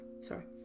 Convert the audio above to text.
Sorry